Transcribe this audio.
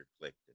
clicked